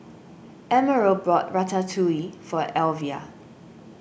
Emerald bought Ratatouille for Elvia